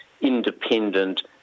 independent